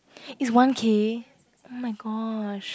is one K oh my gosh